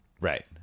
Right